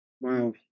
Wow